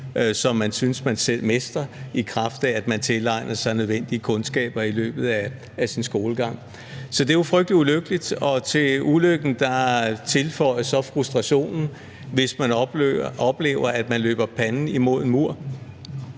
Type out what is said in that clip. som man synes man selv mestrer, i kraft af at man tilegner sig nødvendige kundskaber i løbet af sin skolegang. Så det er jo frygtelig ulykkeligt, og til ulykken tilføjes så frustrationen, hvis man oplever, at man løber panden imod en mur.